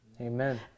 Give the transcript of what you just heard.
Amen